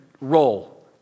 role